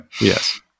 Yes